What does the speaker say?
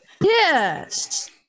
Yes